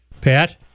Pat